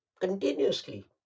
continuously